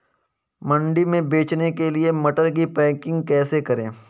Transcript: मंडी में बेचने के लिए मटर की पैकेजिंग कैसे करें?